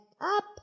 up